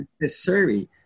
necessary